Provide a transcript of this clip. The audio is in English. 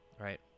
right